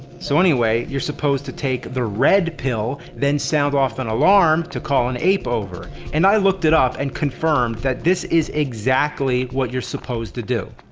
so anyway, you're supposed to take the red pill, then sound off an alarm to call an ape over and i looked it up and confirmed that this is exactly what you're supposed to do.